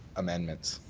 amendments.